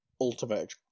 ultimate